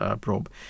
probe